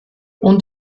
und